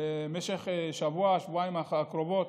במשך השבוע-שבועיים הקרובים,